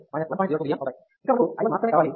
ఇక్కడ మనకు i 1 మాత్రమే కావాలి